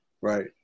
Right